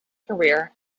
career